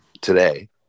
today